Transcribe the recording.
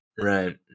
Right